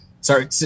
sorry